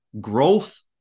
growth